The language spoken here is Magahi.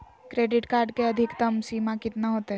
क्रेडिट कार्ड के अधिकतम सीमा कितना होते?